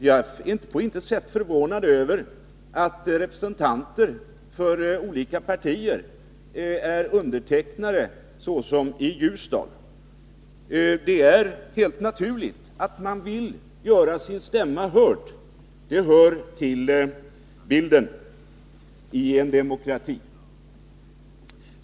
Jag är på intet sätt förvånad över att representanter för olika partier är undertecknare av skrivelser om allemansradion, såsom i Ljusdal. Det är helt naturligt att man vill göra sin stämma hörd. Det hör till bilden i en demokrati.